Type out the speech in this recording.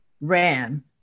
ran